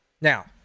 Now